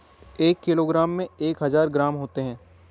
एक किलोग्राम में एक हजार ग्राम होते हैं